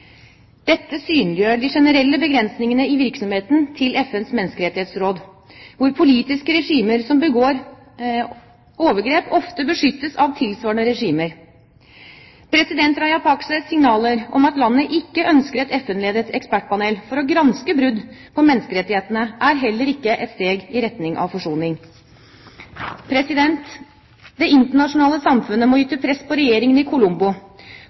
Dette synliggjør de generelle begrensningene i virksomheten til FNs menneskerettighetsråd, hvor politiske regimer som begår overgrep, ofte beskyttes av tilsvarende regimer. President Rajapakses signaler om at landet ikke ønsker et FN-ledet ekspertpanel for å granske brudd på menneskerettighetene, er heller ikke et steg i retning av forsoning. Det internasjonale samfunnet må yte press på regjeringen i Colombo